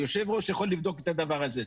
היו"ר יכול לבדוק את הדבר הזה.